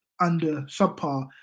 under-subpar